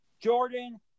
Jordan